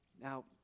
Now